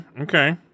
okay